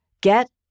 get